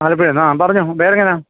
ആലപ്പുഴയിൽ നിന്നോ ആ പറഞ്ഞോ പേര് എങ്ങനെയാണ്